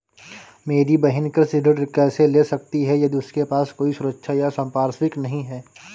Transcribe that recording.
मेरी बहिन कृषि ऋण कैसे ले सकती है यदि उसके पास कोई सुरक्षा या संपार्श्विक नहीं है?